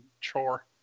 chore